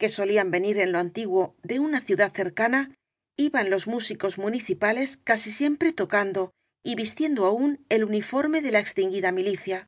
que solían venir en lo antiguo de una ciudad cercana iban los músicos munici pales casi siempre tocando y vistiendo aún el uni forme de la extinguida milicia